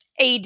AD